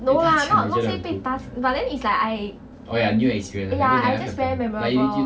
no lah not not say 被打 but then is like I ya I just very memorable